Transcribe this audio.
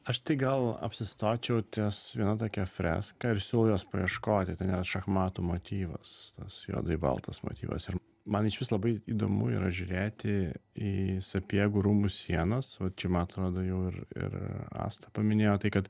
aš tai gal apsistočiau ties viena tokia freska ir siūlau jos paieškoti ten yra šachmatų motyvas tas juodai baltas motyvas ir man išvis labai įdomu yra žiūrėti į sapiegų rūmų sienas va čia man atrodo jau ir ir asta paminėjo tai kad